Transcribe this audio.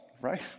right